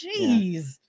Jeez